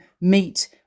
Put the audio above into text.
meet